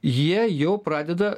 jie jau pradeda